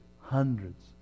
hundreds